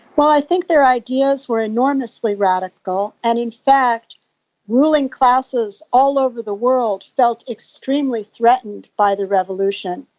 well, i think their ideas were enormously radical, and in fact ruling classes all over the world felt extremely threatened by the revolution,